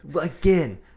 Again